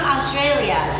Australia